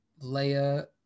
Leia